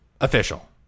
official